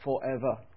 forever